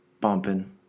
bumping